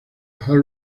arrow